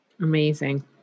Amazing